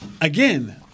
again